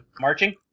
marching